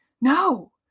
No